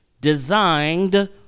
designed